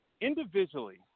individually